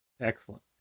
Excellent